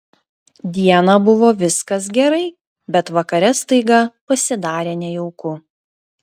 dieną buvo viskas gerai bet vakare staiga pasidarė nejauku